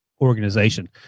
organization